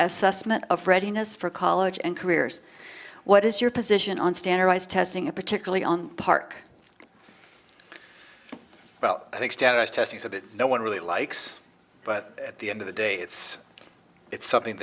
sussman of readiness for college and careers what is your position on standardized testing a particularly on park well i think standardized testing so that no one really likes but at the end of the day it's something